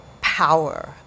power